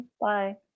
bye